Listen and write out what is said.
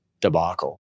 debacle